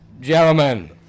Gentlemen